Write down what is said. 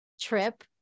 trip